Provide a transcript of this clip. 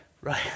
Right